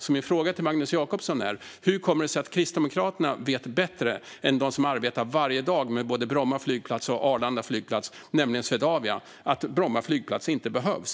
Min fråga till Magnus Jacobsson är: Hur kommer det sig att Kristdemokraterna vet bättre än de som arbetar varje dag med både Bromma flygplats och Arlanda flygplats, nämligen Swedavia, som anser att Bromma flygplats inte behövs?